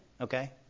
Okay